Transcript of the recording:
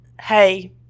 Hey